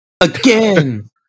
again